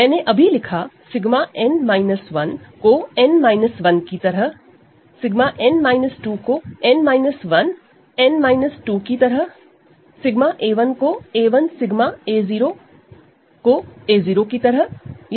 मैंने अभी लिखा 𝜎 को an 1 की तरह 𝜎 को an 2 की तरह 𝜎 को a1 𝜎 को a0 की तरह